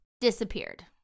disappeared